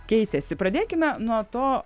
keitėsi pradėkime nuo to